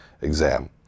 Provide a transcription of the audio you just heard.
exam